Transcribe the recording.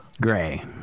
Gray